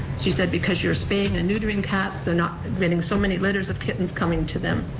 she said, because you're spaying and neutering cats they're not admitting so many litters of kittens coming to them,